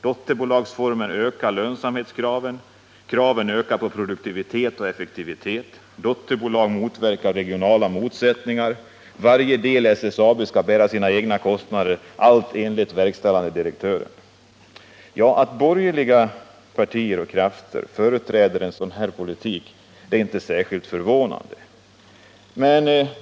Dotterbolagsformen ökar lönsamhetskraven. Kraven ökar på produktivitet och effektivitet. Dotterbolag motverkar regionala motsättningar. Varje del i SSAB skall bära sina egna kostnader. — Allt detta enligt verkställande direktören. Att borgerliga krafter och partier företräder en sådan politik är inte särskilt förvånande.